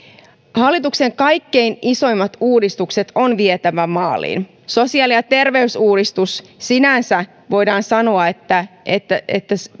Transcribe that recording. hallituksen kaikkein isoimmat uudistukset on vietävä maaliin sosiaali ja terveysuudistuksesta sinänsä voidaan sanoa että että